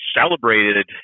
celebrated